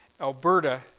Alberta